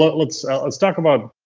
but let's let's talk about,